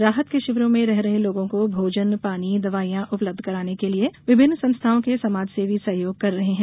राहत शिविरों में रह रहे लोगों को भोजन पानी दवाईयां उपलब्ध कराने के लिये विभिन्न संस्थाओं के समाजसेवी सहयोग कर रहे हैं